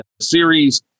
series